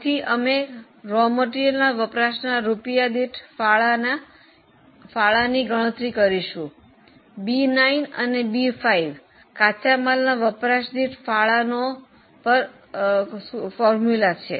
તેથી અમે કાચા માલના વપરાશના રૂપિયા પ્રતિ ફાળાની ગણતરી કરીશું B9 B5 કાચા માલના વપરાશ દીઠ ફાળાનો સૂત્ર છે